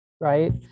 right